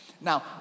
Now